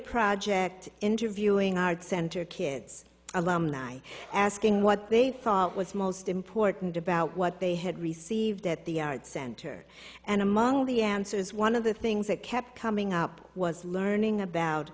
project interviewing arts center kids alumni asking what they thought was most important about what they had received at the arts center and among the answers one of the things that kept coming up was learning about